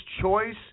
choice